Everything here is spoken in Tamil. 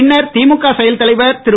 பின்னர் திழக செயற்தலைவர் திரு